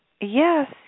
Yes